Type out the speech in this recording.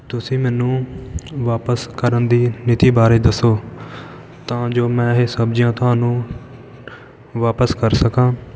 ਤੁਸੀਂ ਮੈਨੂੰ ਵਾਪਸ ਕਰਨ ਦੀ ਨੀਤੀ ਬਾਰੇ ਦੱਸੋ ਤਾਂ ਜੋ ਮੈਂ ਇਹ ਸਬਜ਼ੀਆਂ ਤੁਹਾਨੂੰ ਵਾਪਸ ਕਰ ਸਕਾਂ